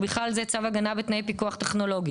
ובכלל זה צו הגנה בתנאי פיקוח טכנולוגי,